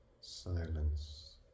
silence